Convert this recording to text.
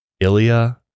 Ilya